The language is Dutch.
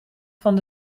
van